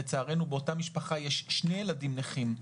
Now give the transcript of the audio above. שלצערנו באותה משפחה יש שני ילדים נכים,